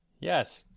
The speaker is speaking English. Yes